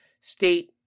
state